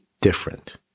different